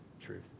truth